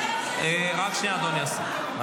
אני לא מכיר שום הסכם כזה.